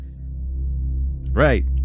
Right